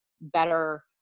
better